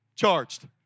Charged